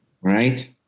Right